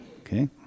Okay